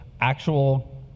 actual